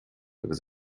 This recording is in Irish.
agus